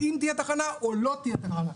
אם תהיה תחנה או לא תהיה תחנה.